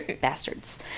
Bastards